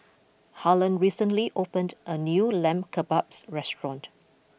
Harlen recently opened a new Lamb Kebabs restaurant